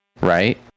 right